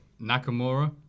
Nakamura